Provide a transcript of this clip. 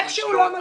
איכשהו לא מצאו.